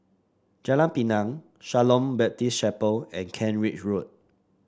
Jalan Pinang Shalom Baptist Chapel and Kent Ridge Road